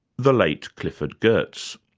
the late clifford geertz.